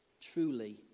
Truly